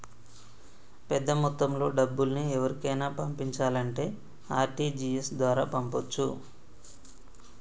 పెద్దమొత్తంలో డబ్బుల్ని ఎవరికైనా పంపించాలంటే ఆర్.టి.జి.ఎస్ ద్వారా పంపొచ్చు